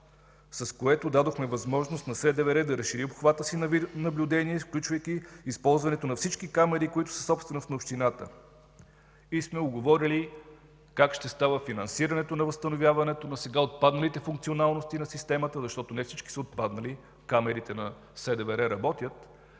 с което дадохме възможност на СДВР да разшири обхвата си на видеонаблюдение, включвайки използването на всички камери, които са собственост на общината и сме уговорили как ще става финансирането на възстановяването на сега отпадналите функционалности на системата, защото не всички са отпаднали, камерите на СДВР работят,